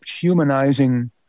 humanizing